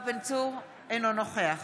אינו נוכח